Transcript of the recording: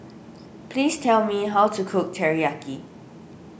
please tell me how to cook Teriyaki